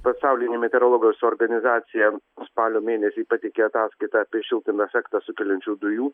pasaulinė meteorologos organizacija spalio mėnesį pateikė ataskaitą apie šiltnamio efektą sukeliančių dujų